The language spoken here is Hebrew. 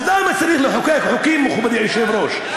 אז למה צריך לחוקק חוקים, מכובדי היושב-ראש?